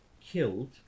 killed